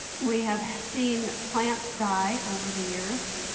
we have seen plants die over the years.